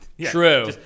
true